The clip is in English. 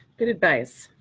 good advice.